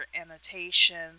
annotation